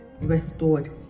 restored